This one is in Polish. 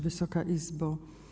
Wysoka Izbo!